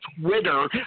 Twitter